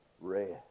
rest